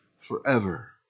forever